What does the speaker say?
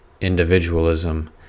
individualism